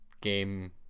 game